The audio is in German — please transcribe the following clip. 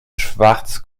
schwarz